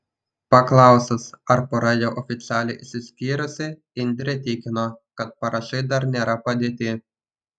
paklausus ar pora jau oficialiai išsiskyrusi indrė tikino kad parašai dar nėra padėti